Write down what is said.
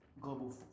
Global